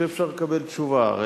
כשאפשר לקבל תשובה?